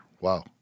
Wow